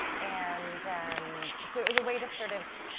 and so it was a way to, sort of,